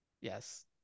Yes